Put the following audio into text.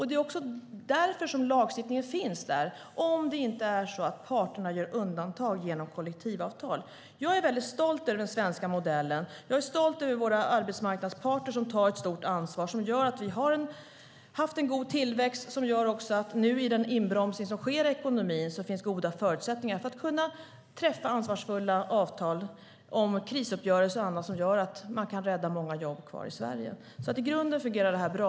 Det är också därför som lagstiftningen finns där om det inte är så att parterna gör undantag genom kollektivavtal. Jag är väldigt stolt över den svenska modellen, och jag är stolt över våra arbetsmarknadsparter som tar ett stort ansvar, något som gjort att vi har haft en god tillväxt och som gör att det också nu när en inbromsning sker i ekonomin finns goda förutsättningar att träffa ansvarsfulla avtal - krisuppgörelser och annat som gör att många jobb kan räddas kvar i Sverige. I grunden fungerar det alltså bra.